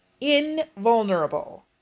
invulnerable